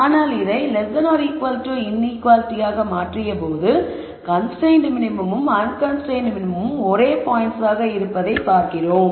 ஆனால் இதை இன்ஈக்குவாலிட்டியாக மாற்றிய போது கன்ஸ்ரைன்ட்டு மினிமமும் அன்கன்ஸ்ரைன்ட்டு மினிமமும் ஒரே பாயிண்ட்ஸாக இருந்ததை பார்த்தோம்